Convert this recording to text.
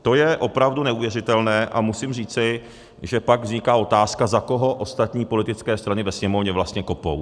To je opravdu neuvěřitelné a musím říci, že pak vzniká otázka, za koho ostatní politické strany ve Sněmovně vlastně kopou.